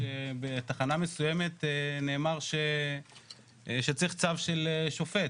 בתחנה מסוימת נאמר שצריך צו של שופט,